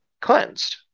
cleansed